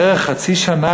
בערך חצי שנה,